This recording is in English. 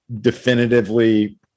definitively